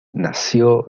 nació